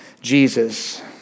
Jesus